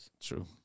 True